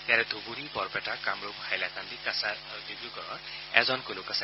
ইয়াৰে ধুবুৰী বৰপেটা কামৰূপ হাইলাকান্দি কাছাৰ আৰু ডিব্ৰুগড়ৰ এজনকৈ লোক আছে